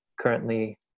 Currently